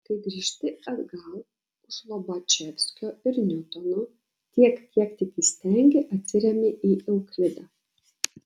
kai grįžti atgal už lobačevskio ir niutono tiek kiek tik įstengi atsiremi į euklidą